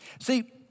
See